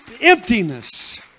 emptiness